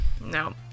No